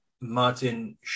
Martin